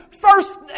first